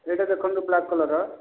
ଏଇଟା ଦେଖନ୍ତୁ ବ୍ଲାକ୍ କଲର୍ର